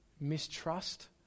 mistrust